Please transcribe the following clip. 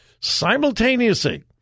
simultaneously